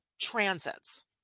transits